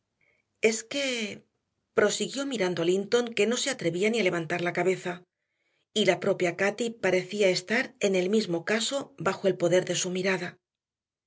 es que prosiguió mirando a linton que no se atrevía ni a levantar la cabeza y la propia cati parecía estar en el mismo caso bajo el poder de su mirada